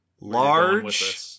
large